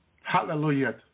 Hallelujah